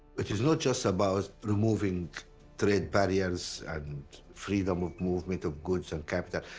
it is not just about removing trade barriers and freedom of movement of goods and capital,